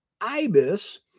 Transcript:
ibis